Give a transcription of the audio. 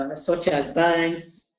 um such as banks